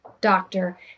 doctor